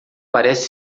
parecer